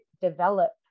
develop